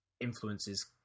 influences